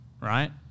right